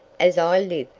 as i live,